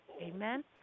Amen